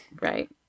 right